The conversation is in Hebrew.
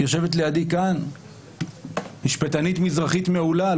יושבת לידי כאן משפטנית מזרחית מעולה.